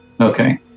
Okay